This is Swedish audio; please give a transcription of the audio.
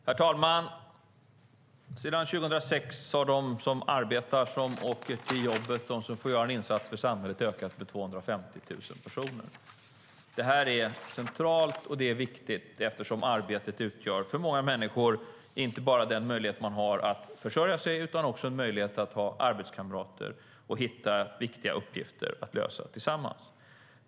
Herr talman! Sedan 2006 har antalet personer som arbetar och får göra en insats för samhället ökat med 250 000. Det här är centralt och viktigt, eftersom arbetet för många människor inte bara utgör den möjlighet man har att försörja sig utan också är en möjlighet att ha arbetskamrater och hitta viktiga uppgifter att lösa tillsammans.